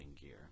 gear